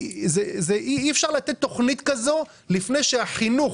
אי אפשר לתת תוכנית כזאת לפני שהחינוך